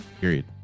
Period